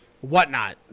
whatnot